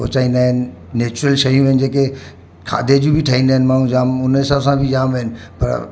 पहुचाईंदा आहिनि नैचुरल शयूं आहिनि जेके खाधे जूं बि ठाहींदा आहिनि माण्हू जाम हुन हिसाब सां बि जाम आहिनि पर